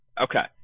Okay